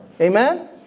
Amen